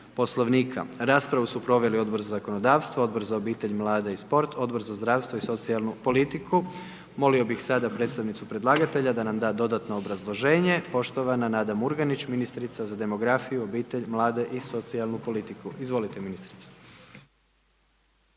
Poslovnika. Raspravu su proveli Odbor za obitelj, mlade i sport, Odbor za zdravstvo i socijalnu politiku. Molio bih sada predstavnicu predlagatelja da nam da dodatno obrazloženje. Poštovana Nada Murganić, ministrica za demografiju, obitelj, mlade i socijalnu politiku. Izvolite ministrice.